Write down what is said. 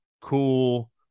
Cool